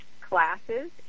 classes